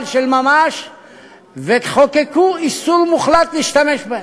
של ממש וחוקקו איסור מוחלט להשתמש בהן.